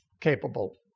capable